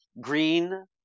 green